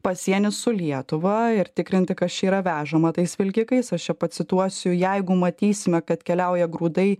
pasienį su lietuva ir tikrinti kas čia yra vežama tais vilkikais aš pacituosiu jeigu matysime kad keliauja grūdai